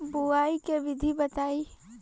बुआई के विधि बताई?